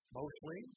mostly